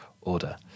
order